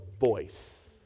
voice